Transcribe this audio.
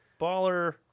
baller